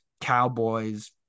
Cowboys